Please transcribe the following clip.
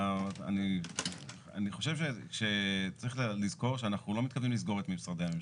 אני חושב שצריך לזכור שאנחנו לא מתכוונים לסגור את משרדי הממשלה.